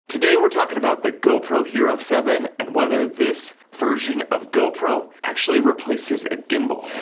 today we're talking about the gopro hero seven and whether this version of gopro actually replaces a gimbal.